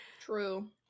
true